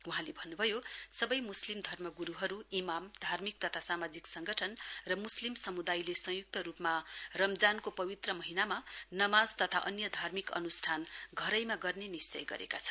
वहाँले भन्नुभयो सबै मुस्लिम धर्म गुरुहरू इमामन धर्मिक तथा सामाजिक संगठन र मुस्लिम समुदायले संयुक्त रूपमा रमजानको पवित्र महीनामा नमाज तथा अन्य धार्मिक अनुस्ठान घरैमा गर्ने निश्चय गरेका छन्